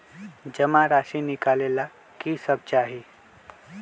जमा राशि नकालेला कि सब चाहि?